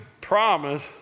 promise